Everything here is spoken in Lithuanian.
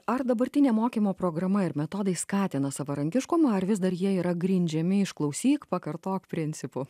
ar dabartinė mokymo programa ir metodai skatina savarankiškumą ar vis dar jie yra grindžiami išklausyk pakartok principu